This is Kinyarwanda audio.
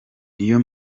niyo